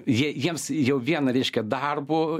jie jiems jau vien reiškia darbu